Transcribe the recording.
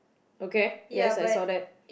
okay yes I saw that